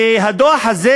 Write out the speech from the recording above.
והדוח הזה,